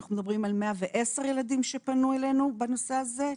אנחנו מדברים על 110 ילדים שפנו אלינו בנושא הזה.